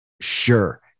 sure